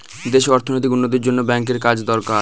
দেশে অর্থনৈতিক উন্নতির জন্য ব্যাঙ্কের কাজ দরকার